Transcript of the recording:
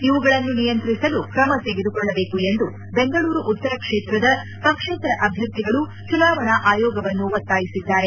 ಇವುಗಳನ್ನು ನಿಯಂತ್ರಿಸಲು ಕ್ರಮ ತೆಗೆದುಕೊಳ್ಳಬೇಕು ಎಂದು ಬೆಂಗಳೂರು ಉತ್ತರ ಕ್ಷೇತ್ರದ ಪಕ್ಷೇತರ ಅಭ್ಯರ್ಥಿಗಳು ಚುನಾವಣಾ ಆಯೋಗವನ್ನು ಒತ್ತಾಯಿಸಿದ್ದಾರೆ